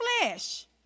flesh